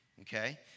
okay